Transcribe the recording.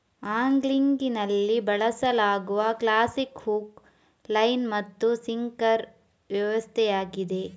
ಆಂಗ್ಲಿಂಗಿನಲ್ಲಿ ಬಳಸಲಾಗುವ classic hook, line ಮತ್ತು sinker ವ್ಯವಸ್ಥೆಯಾಗಿದೆ